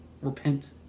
repent